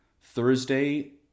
Thursday